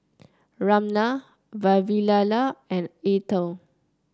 Ramnath Vavilala and Atal